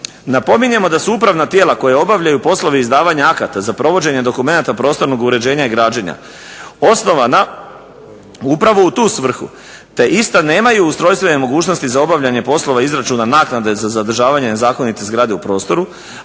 Napominjemo da su upravna tijela koja obavljaju poslove izdavanja akata za provođenje dokumenata prostornog uređenja i građenja osnovana upravo u tu svrhu te ista nemaju ustrojstvene mogućnosti za obavljanje poslova izračuna naknade za zadržavanje nezakonite zgrade u prostoru,